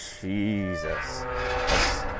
Jesus